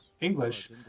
English